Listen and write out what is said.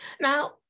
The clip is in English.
Now